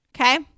Okay